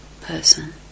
person